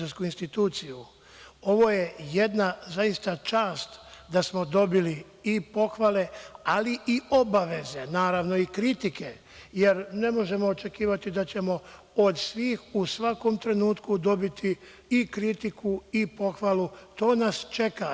Ovo je jedna zaista čast da smo dobili i pohvale, ali i obaveze, naravno i kritike, jer ne možemo očekivati da ćemo od svih u svakom trenutku dobiti i kritiku i pohvalu, to nas čeka.